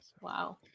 Wow